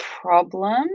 problem